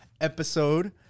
episode